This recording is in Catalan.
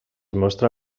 mostra